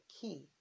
key